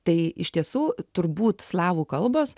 tai iš tiesų turbūt slavų kalbos